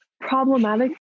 problematic